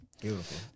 beautiful